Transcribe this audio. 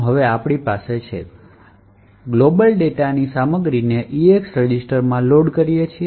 હવે આપણે તે ગ્લોબલ ડેટાની સામગ્રીને EAX રજિસ્ટરમાં લોડ કરીએ છીએ